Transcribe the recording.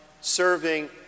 serving